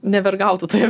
nevergautų toje